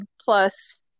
plus